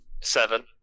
Seven